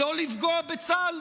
לא לפגוע בצה"ל?